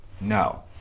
No